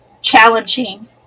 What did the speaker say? challenging